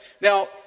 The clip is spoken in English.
Now